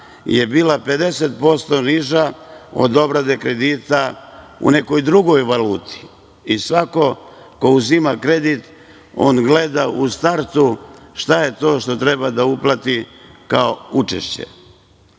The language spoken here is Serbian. je bila 50% niža od obrade kredita u nekoj drugoj valuti. Svako ko uzima kredit, on gleda u startu šta je to što treba da uplati kao učešće